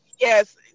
yes